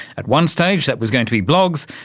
at one stage that was going to be blogs,